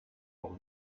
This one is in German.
auch